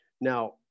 Now